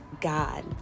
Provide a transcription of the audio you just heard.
God